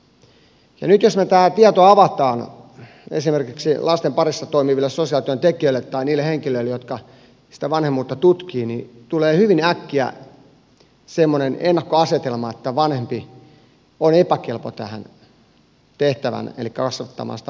nyt jos me tämä tieto avataan esimerkiksi lasten parissa toimiville sosiaalityöntekijöille tai niille henkilöille jotka sitä vanhemmuutta tutkivat niin tulee hyvin äkkiä semmoinen ennakkoasetelma että tämä vanhempi on epäkelpo tähän tehtävään elikkä kasvattamaan sitä lasta jolla on ongelmia